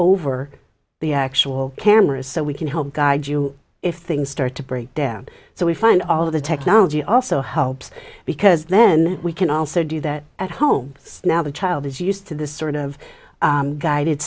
over the actual cameras so we can help guide you if things start to break down so we find all of the technology also helps because then we can also do that at home so now the child is used to this sort of guided